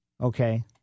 Okay